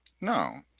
No